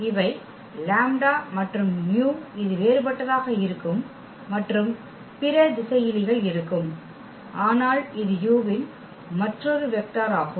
இவை மற்றும் இது வேறுபட்டதாக இருக்கும் மற்றும் பிற திசையிலிகள் இருக்கும் ஆனால் இது u வின் மற்றொரு வெக்டர் ஆகும்